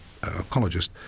ecologist